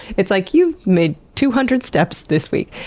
it's like, you've made two hundred steps this week,